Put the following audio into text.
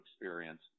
experience